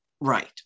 Right